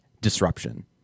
disruption